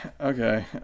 okay